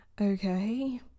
Okay